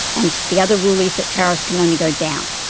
and the other rule is that tariffs can only go down.